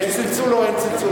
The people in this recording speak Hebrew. יש צלצול או אין צלצול?